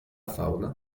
fauna